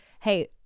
hey